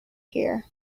here